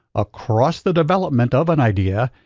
across the development of an idea,